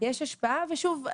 יש השפעה ושוב,